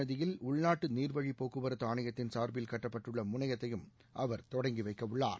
நதியில் உள்நாட்டு நீர்வழி போக்குவரத்து ஆணையத்தின் சார்பில் கட்டப்பட்டுள்ள கங்கை முனையத்தையும் அவர் தொடங்கி வைக்கவுள்ளார்